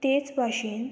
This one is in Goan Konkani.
तेच भाशेन